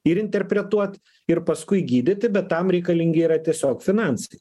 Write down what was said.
ir interpretuot ir paskui gydyti bet tam reikalingi yra tiesiog finansai